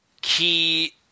Key